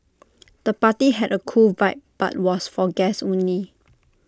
the party had A cool vibe but was for guests only